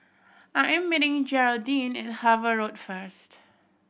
I am meeting Jeraldine at Harvey Road first